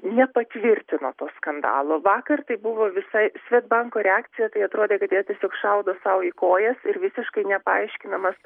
nepatvirtino to skandalo vakar tai buvo visai svedbanko reakcija tai atrodė kad jie tiesiog šaudo sau į kojas ir visiškai nepaaiškinamas